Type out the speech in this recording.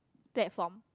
platform